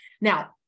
Now